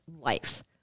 life